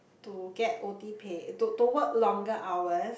to get O_T pay to to work longer hours